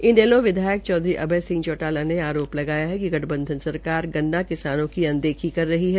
इनैलो विधायक चौधरी अभय सिंह चौटाला ने आरोप लगाया है कि गठबंधन सरकार गन्ना किसानों की अनदेखी कर रही है